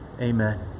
amen